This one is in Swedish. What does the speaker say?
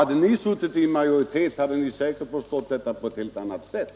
Hade ni suttit i majoritetsställning, hade ni säkert förstått detta på ett helt annat sätt.